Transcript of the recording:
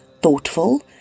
thoughtful